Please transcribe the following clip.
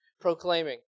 proclaiming